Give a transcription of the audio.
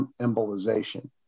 embolization